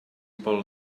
pel